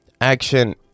Action